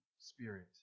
Spirit